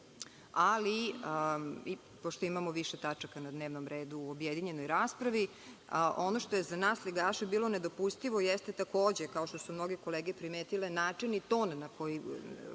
pošto imamo više tačaka na dnevnom redu u objedinjenoj raspravi, ono što je za nas ligaše bilo nedopustivo jeste, kao što su mnoge kolege primetile, način i ton kojim